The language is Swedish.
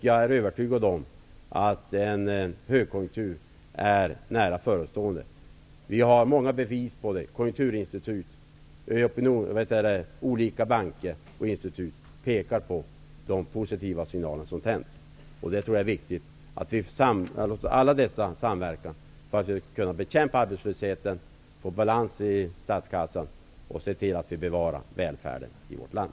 Jag är övertygad om att en högkonjunktur är nära förestående. Vi har många bevis på det. Konjunkturinstitutet, olika banker och institut pekar på de positiva signaler som tänds. Det är viktigt att vi låter alla dessa samverka, för att vi skall kunna bekämpa arbetslösheten, få balans i statskassan och se till att bevara välfärden i vårt land.